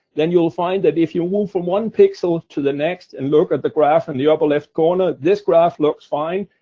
then you'll find that if you move from one pixel to the next and look at the graph in the upper-left corner, this graph looks fine.